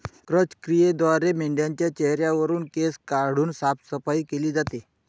क्रॅच क्रियेद्वारे मेंढाच्या चेहऱ्यावरुन केस काढून साफसफाई केली जाते